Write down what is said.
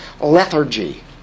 lethargy